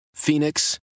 Phoenix